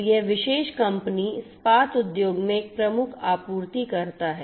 तो यह विशेष कंपनी इस्पात उद्योग में एक प्रमुख आपूर्तिकर्ता है